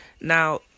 Now